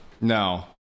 no